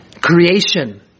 Creation